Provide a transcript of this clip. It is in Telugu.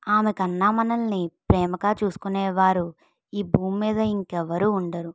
ఆమె కన్నా మనల్ని ప్రేమగా చూసుకునేవారు ఈ భూమి మీద ఇంక ఎవరు ఉండరు